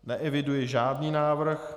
Neeviduji žádný návrh.